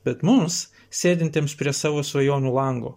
bet mums sėdintiems prie savo svajonių lango